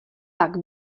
pak